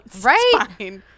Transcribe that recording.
Right